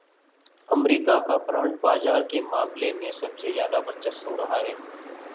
अमरीका का बांड बाजार के मामले में सबसे ज्यादा वर्चस्व रहा है